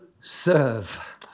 serve